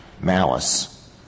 malice